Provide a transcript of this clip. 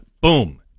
boom